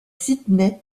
sydney